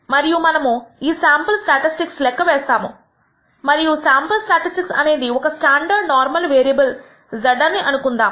మరియు మనము sample statistic లెక్క వేసాము మరియు శాంపుల్ స్టాటిస్టిక్ అనేది ఒక స్టాండర్డ్ నార్మల్ వేరియేబుల్ z అని అనుకుందాము